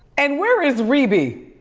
and where is rebbie?